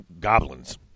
goblins